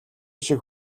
шиг